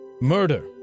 murder